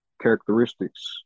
characteristics